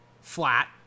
flat